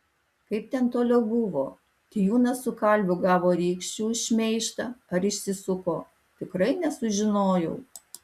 kaip ten toliau buvo tijūnas su kalviu gavo rykščių už šmeižtą ar išsisuko tikrai nesužinojau